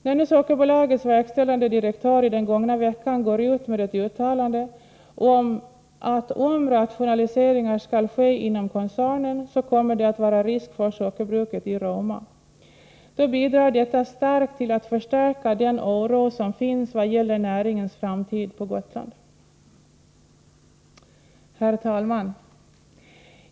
När nu Sockerbolagets verkställande direktör i den gångna veckan gick ut med ett uttalande, att om rationaliseringar skall ske inom koncernen kommer det att vara risk för sockerbruket i Roma, då bidrar detta starkt till att förstärka den oro som finns vad gäller näringens framtid på Gotland. Herr talman!